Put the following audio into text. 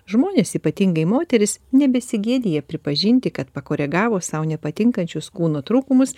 žmonės ypatingai moterys nebesigėdija pripažinti kad pakoregavo sau nepatinkančius kūno trūkumus